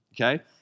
okay